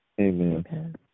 Amen